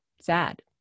sad